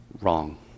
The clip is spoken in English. wrong